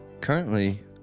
currently